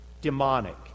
demonic